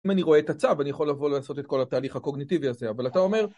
אם אני רואה את הצו אני יכול לבוא לעשות את כל התהליך הקוגניטיבי הזה, אבל אתה אומר